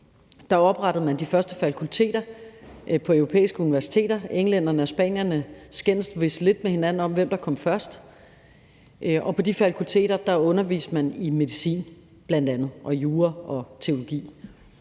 man oprettede de første fakulteter på europæiske universiteter – englænderne og spanierne skændes vist lidt med hinanden om, hvem der kom først – og på de fakulteter underviste man bl.a. i medicin og jura og teologi,